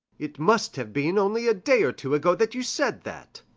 it must have been only a day or two ago that you said that.